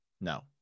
no